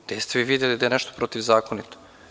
Gde ste vi videli da je nešto protivzakonito?